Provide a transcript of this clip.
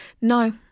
No